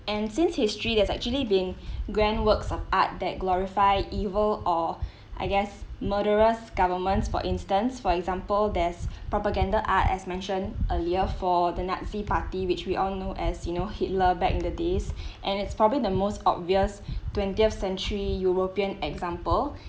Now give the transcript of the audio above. and since history there's actually been grand works of art that glorify evil or I guess murderers governments for instance for example there's propaganda art as mentioned earlier for the nazi party which we all know as you know hitler back in the days and it's probably the most obvious twentieth century european example